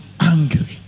angry